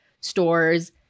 stores